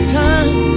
time